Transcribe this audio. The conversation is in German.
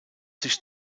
sich